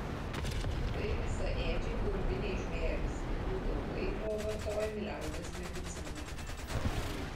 tai visaėdžiai urviniai žvėrys jų taukai buvo vartojami liaudies medicinoje